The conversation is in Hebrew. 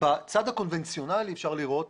בצד הקונבנציונאלי אפשר לראות